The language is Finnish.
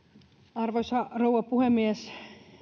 arvoisa rouva puhemies